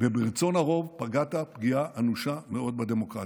וברצון הרוב, פגעת פגיעה אנושה מאוד בדמוקרטיה.